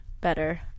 better